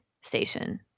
station